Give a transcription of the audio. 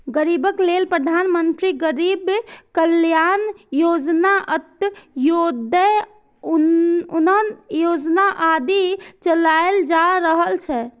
गरीबक लेल प्रधानमंत्री गरीब कल्याण योजना, अंत्योदय अन्न योजना आदि चलाएल जा रहल छै